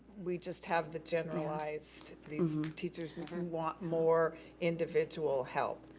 we just have the generalized. these teachers and and want more individual help.